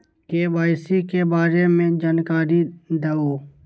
KYC के बारे में जानकारी दहु?